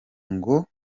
ngo